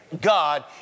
God